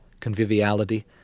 conviviality